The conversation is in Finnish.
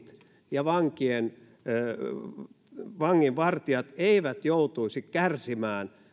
ja vanginvartijat eivät joutuisi kärsimään